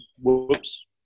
Whoops